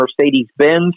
Mercedes-Benz